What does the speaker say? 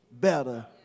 better